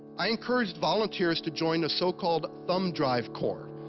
i encouraged volunteers to join the so called thumbdrive corp.